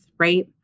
right